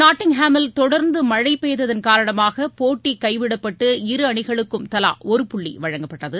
நாட்டிங்காமில் தொடர்ந்துமழைபெய்ததன் காரணமாகபோட்டிகைவிடப்பட்டு இரு அணிகளுக்கும் தலாஒரு புள்ளிவழங்கப்பட்டது